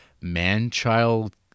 man-child